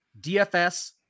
dfs